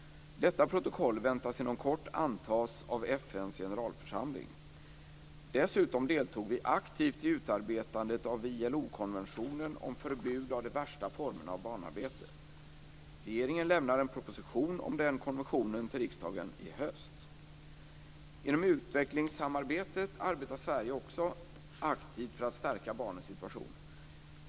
Detta protokoll väntas inom kort antas av FN:s generalförsamling. Dessutom deltog vi aktivt i utarbetandet av ILO-konventionen om förbud mot de värsta formerna av barnarbete. Regeringen lämnar en proposition om den konventionen till riksdagen i höst. Inom utvecklingssamarbetet arbetar Sverige också aktivt för att stärka barnens situation.